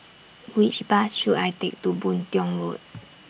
Which Bus should I Take to Boon Tiong Road